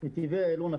נתיבי איילון,